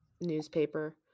newspaper